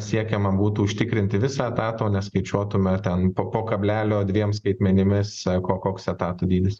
siekiama būtų užtikrinti visą etatą o ne skaičiuotume ten po po kablelio dviem skaitmenimis ko koks etato dydis